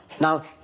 Now